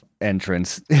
entrance